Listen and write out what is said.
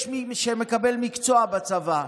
יש מי שמקבל מקצוע בצבא.